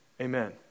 Amen